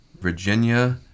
Virginia